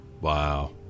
Wow